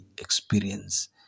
experience